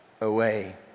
away